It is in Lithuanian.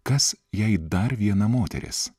kas jei dar viena moteris